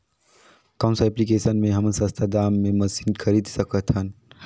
कौन सा एप्लिकेशन मे हमन सस्ता दाम मे मशीन खरीद सकत हन?